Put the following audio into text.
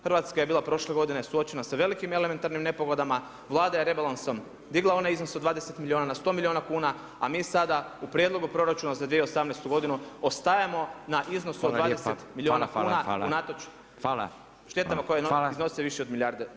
Hrvatska je bila prošle godine suočena sa velikim elementarnim nepogodama, Vlada je rebalansom digla onaj iznos od 20 milijuna na 100 milijuna kuna, a mi sada u prijedlogu proračuna za 2018. godinu ostajemo na iznosu od 20 milijuna kuna unatoč štetama koje iznose više od milijarde.